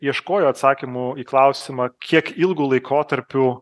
ieškojo atsakymo į klausimą kiek ilgu laikotarpiu